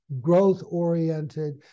growth-oriented